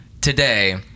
today